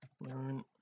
learn